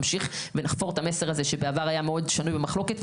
נמשיך ונחפור את המסר הזה שבעבר היה מאד שנוי במחלוקת,